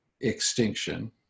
extinction